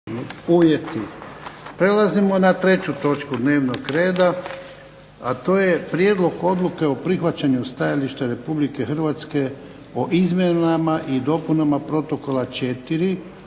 (HDZ)** Prelazimo na 3. točku dnevnog reda, a to je –- Prijedlog Odluke o prihvaćanju stajališta Republike Hrvatske o izmjenama i dopunama protokola 4.